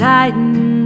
Tighten